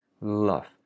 love